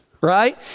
right